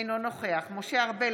אינו נוכח משה ארבל,